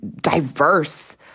diverse